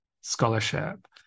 scholarship